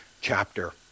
chapter